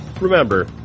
Remember